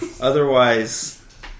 Otherwise